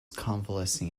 convalescing